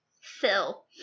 Phil